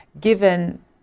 given